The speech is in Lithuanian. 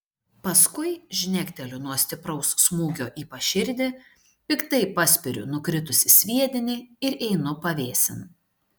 paskui žnekteliu nuo stipraus smūgio į paširdį piktai paspiriu nukritusį sviedinį ir einu pavėsin